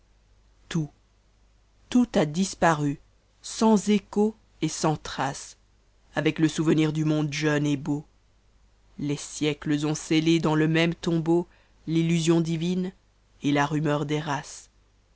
tout tout a disparu sans échos et sans traces avec le souvenir du monde jeune et beau les siècles ont scellé dans le même tombeau l'tmmston divine et la rnmemr des races